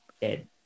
dead